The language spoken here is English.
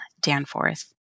Danforth